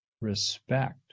Respect